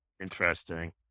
Interesting